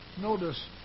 notice